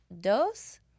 Dos